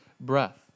breath